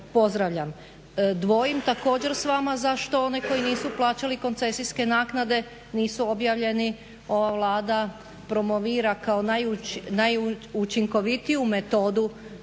pozdravljam. Dvojim također s vama zašto one koji nisu plaćali koncesijske naknade nisu objavljeni, ova Vlada promovira kao najučinkovitiju metodu